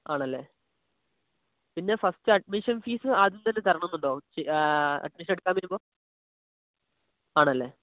ആണല്ലേ പിന്നെ ഫസ്റ്റ് അഡ്മിഷന് ഫീസ് ആദ്യംതന്നെ തരണം എന്നുണ്ടോ അഡ്മിഷൻ എടുക്കാൻ വരുമ്പോൾ ആണല്ലേ